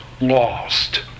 lost